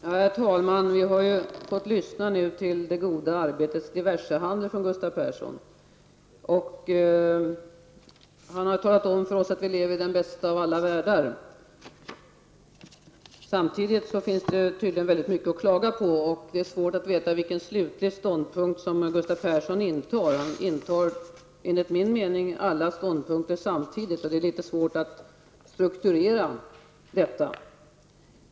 Herr talman! Vi har nu fått lyssna till det goda arbetets diversehandel från Gustav Persson. Han har talat om för oss att vi lever i den bästa av alla världar. Samtidigt finns det tydligen väldigt mycket att klaga på. Det är svårt att veta vilken slutlig ståndpunkt Gustav Persson intar. Enligt min mening intar han alla ståndpunkter samtidigt, och därför är det litet svårt att strukturera det hela.